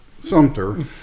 Sumter